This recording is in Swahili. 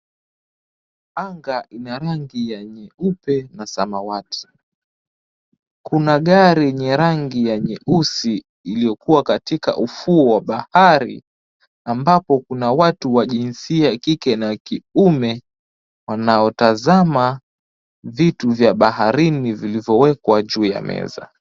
Anga ina rangi ya nyeupe na samawati. Kuna gari yenye rangi ya nyeusi, iliyokuwa katika ufuo wa bahari, ambapo kuna watu wa jinsia ya kike na kiume, wanaotazama vitu vya baharini vilivyowekwa juu ya meza.